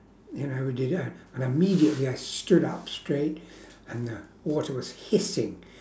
you know I di~ uh and immediately I stood up straight and the water was hissing